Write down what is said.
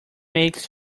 makes